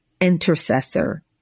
intercessor